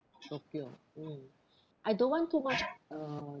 tokyo mm I don't want too much uh